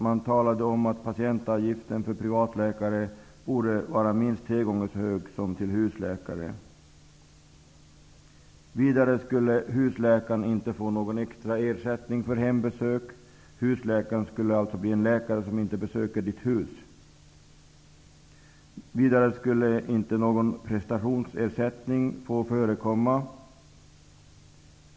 Man talade om att patientavgiften för privatläkare borde vara minst tre gånger så hög som till husläkare. Vidare skulle husläkaren inte få någon extra ersättning för hembesök. Husläkaren skulle alltså bli en läkare som inte besökte ditt hus! Någon prestationsersättning skulle inte få förekomma.